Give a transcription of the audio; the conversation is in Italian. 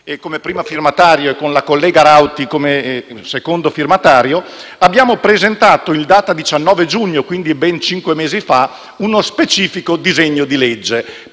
come primo firmatario e con la collega Rauti come secondo firmatario, ha presentato in data 19 giugno, quindi ben cinque mesi fa, uno specifico disegno di legge,